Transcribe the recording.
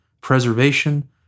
preservation